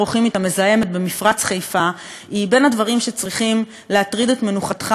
במפרץ חיפה הוא בין הדברים שצריכים להטריד את מנוחתך יותר מכול,